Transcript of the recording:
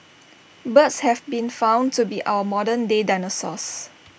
birds have been found to be our modern day dinosaurs